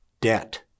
Debt